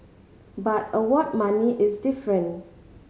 but award money is different